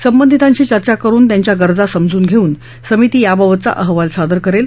संबंधितांशी चर्चा करुन त्यांच्या गरजा समजून घेऊन समिती याबाबतचा अहवाल सादर करेल